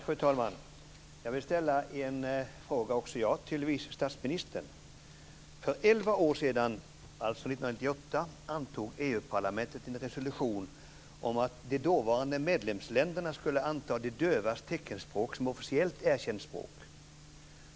Fru talman! Jag vill också ställa en fråga till vice statsministern. För elva år sedan, alltså 1998, antog EU-parlamentet en resolution om att de dåvarande medlemsländerna skulle anta de dövas teckenspråk som officiellt erkänt språk.